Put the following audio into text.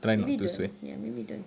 maybe don't ya maybe don't